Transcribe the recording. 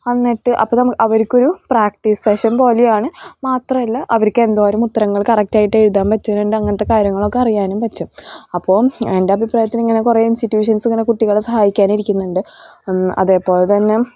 എന്നിട്ട് അപ്പം നമ അവർക്കൊരു പ്രാക്ടീസ് സെഷൻ പോലെയാണ് മാത്രമല്ല അവർക്ക് എന്തോരം ഉത്തരങ്ങൾ കറക്റ്റ് ആയിട്ട് എഴുതാൻ പറ്റുന്നുണ്ട് അങ്ങനത്തെ കാര്യങ്ങളൊക്കെ അറിയാനും പറ്റും അപ്പോൾ എൻ്റെ അഭിപ്രായത്തിൽ ഇങ്ങനെ കുറേ ഇൻസ്റ്റിട്യൂഷൻസ് ഇങ്ങനെ കുട്ടികളെ സഹായിക്കാൻ ഇരിക്കുന്നുണ്ട് അതേപോലെ തന്നെ